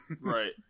Right